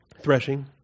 Threshing